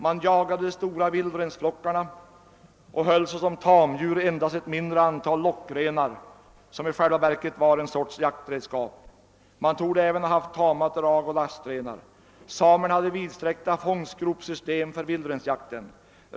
Man jagade de stora vildrensflockarna och höll såsom tamdjur endast ett mindre antal lockrenar, som i själva verket var en sorts jaktredskap. Man torde även ha haft tamoch lastrenar. Samerna hade =<:vidsträckta fångstgropsystem för = vildrensjakten.